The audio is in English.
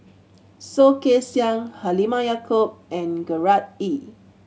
Soh Kay Siang Halimah Yacob and Gerard Ee